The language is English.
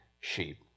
sheep